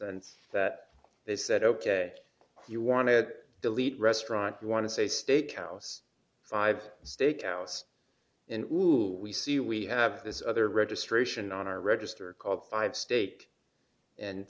sense that they said ok you want to delete restaurant you want to say steak house five steak house and we see we have this other registration on our register called five state and